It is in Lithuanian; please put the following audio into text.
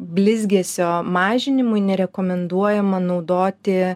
blizgesio mažinimui nerekomenduojama naudoti